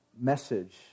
message